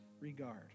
regard